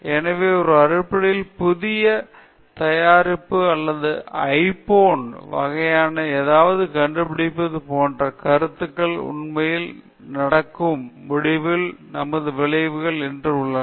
எனவே ஒரு அடிப்படையான புதிய தயாரிப்பு அல்லது ஐபோன் வகையான ஏதாவது கண்டுபிடிப்பது போன்ற கருத்துக்களில் உண்மையில் நடக்கும் முடிவுகல் நமது விளைவுகளை என்று உள்ளன